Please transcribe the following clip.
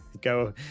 Go